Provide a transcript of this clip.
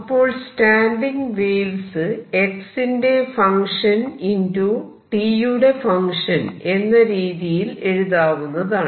അപ്പോൾ standing waves x ന്റെ function ✕ t യുടെ ഫങ്ക്ഷൻ എന്ന രീതിയിൽ എഴുതാവുന്നതാണ്